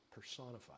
personified